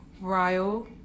ryle